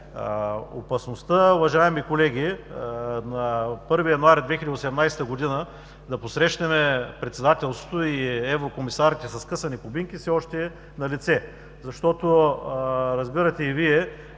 Опасността, уважаеми колеги, на 1 януари 2018 г. да посрещнем председателството и еврокомисарите със скъсани кубинки все още е налице. Разбирате и Вие,